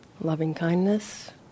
loving-kindness